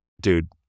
dude